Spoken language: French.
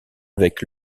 avec